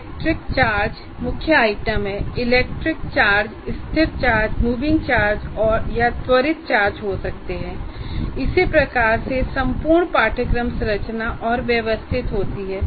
electric charge मुख्य item है और इलेक्ट्रिक चार्ज स्थिर चार्ज मूविंग चार्ज या त्वरित चार्ज हो सकते हैं और इसी तरह से संपूर्ण पाठ्यक्रम संरचना और व्यवस्थित होती है